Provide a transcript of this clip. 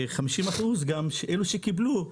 ואילו 50% מאלו שקיבלו,